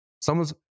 Someone's